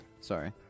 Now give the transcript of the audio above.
sorry